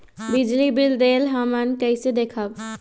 बिजली बिल देल हमन कईसे देखब?